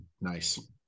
Nice